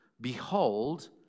Behold